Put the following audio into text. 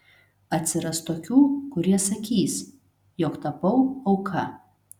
atsiras tokių kurie sakys jog tapau auka